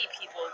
people